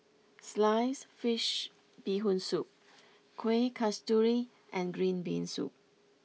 Sliced Fish Bee Hoon Soup Kueh Kasturi and Green Bean Soup